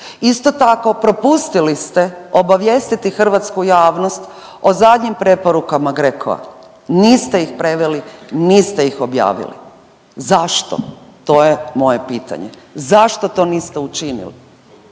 Isto taklo propustili ste obavijestiti hrvatsku javnost o zadnjim preporukama GRCO-a, niste ih preveli, niste ih objavili. Zašto? To je moje pitanje. Zašto to niste učinili?